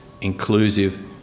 inclusive